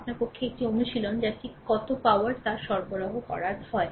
এটি আপনার পক্ষে একটি অনুশীলন যা ঠিক যে ঠিক কত পোর তারা সরবরাহ করা হয়